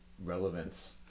Relevance